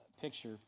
picture